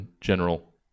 general